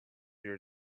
your